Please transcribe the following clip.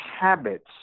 habits